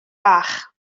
bach